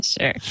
sure